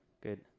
Good